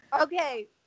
Okay